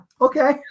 okay